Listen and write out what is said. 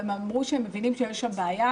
הם אמרו שהם מבינים שיש שם בעיה.